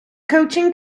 coaching